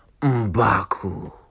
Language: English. Mbaku